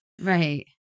right